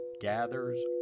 gathers